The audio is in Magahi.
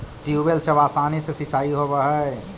ट्यूबवेल से अब आसानी से सिंचाई होवऽ हइ